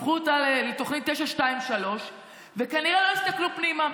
עשו אותה לתוכנית 923 וכנראה לא הסתכלו פנימה,